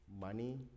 money